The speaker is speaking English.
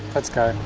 let's go.